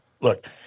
look